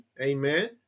amen